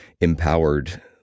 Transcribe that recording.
empowered